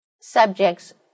subjects